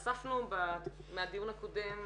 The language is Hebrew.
יועצת מחויבת שזה מעניין אותה ספציפית לעסוק בנושא הזה.